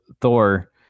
thor